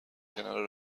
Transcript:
کنار